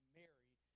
married